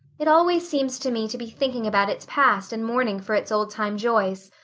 it always seems to me to be thinking about its past and mourning for its old-time joys.